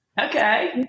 okay